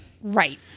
Right